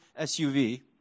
SUV